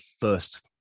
first